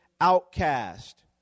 outcast